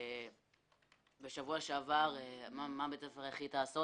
בשבוע שעבר בית הספר אמר: